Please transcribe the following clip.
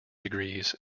degrees